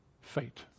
fate